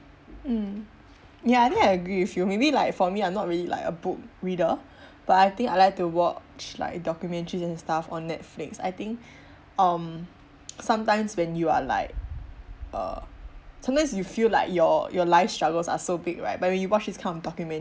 mm ya I think I agree with you maybe like for me I'm not really like a book reader but I think I like to watch like documentaries and stuff on netflix I think um sometimes when you are like uh sometimes you feel like your your struggles are so big right but when you watch this kind of document